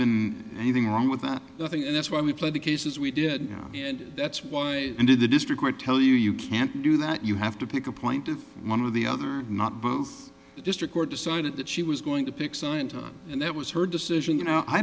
been anything wrong with that i think that's why we play the cases we did and that's why and in the district court tell you you can't do that you have to pick a point of one of the other not both the district court decided that she was going to pick scient on and that was her decision you know i